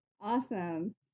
awesome